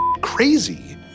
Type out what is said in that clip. crazy